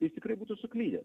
jis tikrai būtų suklydęs